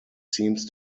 seems